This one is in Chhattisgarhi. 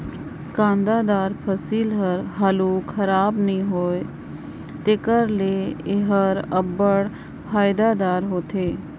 कांदादार फसिल हर हालु खराब नी होए तेकर ले एहर अब्बड़ फएदादार होथे